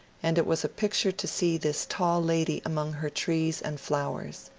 and it was a picture to see this tall lady among her trees and flowers.